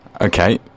Okay